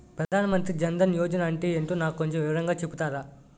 ప్రధాన్ మంత్రి జన్ దన్ యోజన అంటే ఏంటో నాకు కొంచెం వివరంగా చెపుతారా?